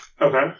Okay